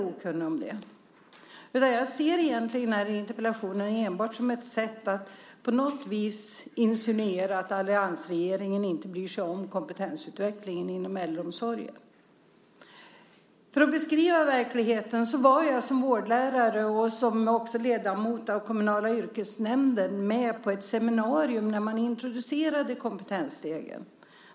Egentligen ser jag den här interpellationen enbart som ett sätt att insinuera att alliansregeringen inte bryr sig om kompetensutvecklingen inom äldreomsorgen. För att beskriva verkligheten vill jag säga att jag som vårdlärare, och även ledamot av den kommunala yrkesnämnden, var med på ett seminarium när man introducerade Kompetensstegen.